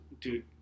Dude